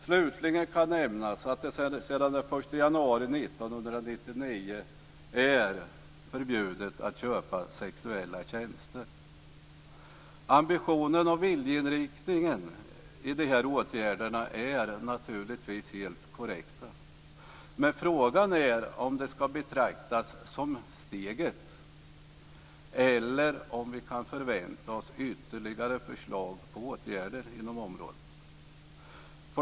Slutligen kan nämnas att det sedan den 1 januari 1999 är förbjudet att köpa sexuella tjänster. Ambitionen och viljeinriktningen i de här åtgärderna är naturligtvis helt korrekta. Men frågan är om detta ska betraktas som det stora steget eller om vi kan förvänta oss ytterligare förslag till åtgärder inom området.